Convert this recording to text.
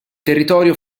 territorio